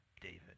David